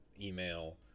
email